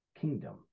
kingdom